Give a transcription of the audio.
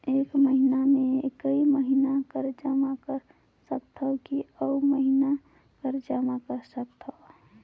एक महीना मे एकई महीना कर जमा कर सकथव कि अउ महीना कर जमा कर सकथव?